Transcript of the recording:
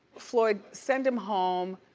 floyd, send him home,